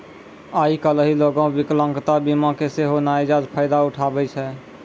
आइ काल्हि लोगें विकलांगता बीमा के सेहो नजायज फायदा उठाबै छै